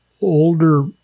older